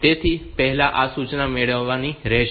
તેથી પહેલા આ સૂચના મેળવવાની રહેશે